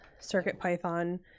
CircuitPython